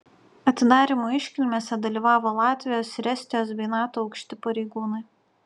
atidarymo iškilmėse dalyvavo latvijos ir estijos bei nato aukšti pareigūnai